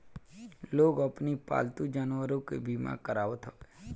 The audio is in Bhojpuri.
लोग अपनी पालतू जानवरों के बीमा करावत हवे